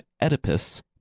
Oedipus